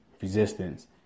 resistance